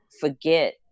forget